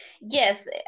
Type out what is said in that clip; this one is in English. yes